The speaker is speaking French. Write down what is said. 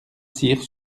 cyr